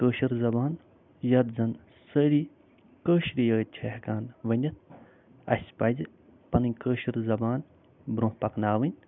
کٲشِر زبان یَتھ زن سٲری کٲشرِی یٲتۍ چھِ ہٮ۪کان ؤنِتھ اَسہِ پَزِ پنٕنۍ کٲشِر زبان برٛونٛہہ پکناوٕنۍ